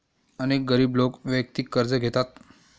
अनेक गरीब लोक वैयक्तिक कर्ज घेतात